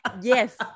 Yes